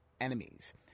enemies